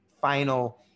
final